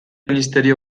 ministerio